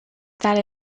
that